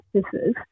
practices